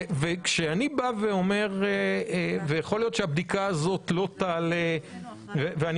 אני אומר שיכול להיות שהבדיקה הזאת לא תעלה ואני